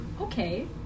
Okay